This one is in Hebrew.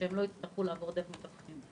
שהם לא יצטרכו לעבור דרך מתווכים.